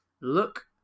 look